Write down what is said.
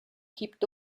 kippt